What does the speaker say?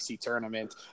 tournament